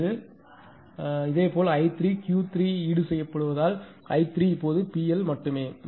இதேபோல் i3 Q3 ஈடுசெய்யப்பட்டதால் i3 இப்போது PL மட்டுமே